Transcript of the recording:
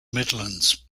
midlands